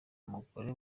umugore